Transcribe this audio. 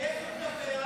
איך התנפח?